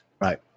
Right